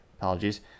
Apologies